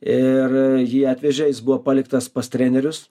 ir jį atvežė jis buvo paliktas pas trenerius